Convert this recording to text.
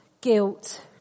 guilt